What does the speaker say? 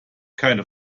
keine